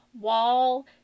wall